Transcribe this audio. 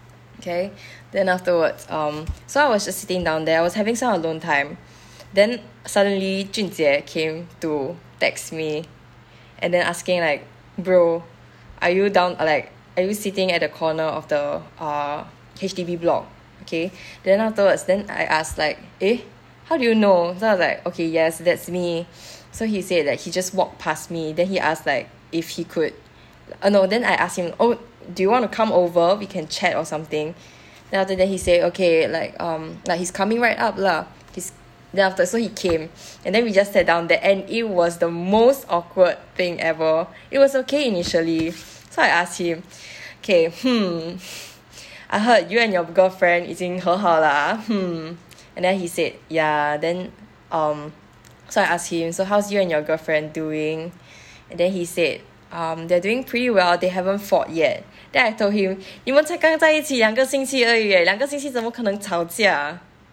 okay then afterwards um so I was just sitting down there I was having some alone time then suddenly jun jie came to text me and then asking like bro are you down err like are you sitting at the corner of the ah H_D_B block okay then afterwards then I asked like eh how do you know so I was like okay yes that's me so he said that he just walk past me then he asked like if he could uh no then I ask him oh do you want to come over we can chat or something then after that he say okay like um like he's coming right up lah he's then after so he came and then we just sat down there and it was the most awkward thing ever it was okay initially so I ask him okay hmm I heard you and your girlfriend 已经和好啦 hmm and then he said ya then um so I ask him so how's you and your girlfriend doing and then he said um they're doing pretty well they haven't fought yet then I told him 你们才刚在一起两个星期而已 leh 两个星期怎么可能吵架